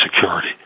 security